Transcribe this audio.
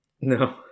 No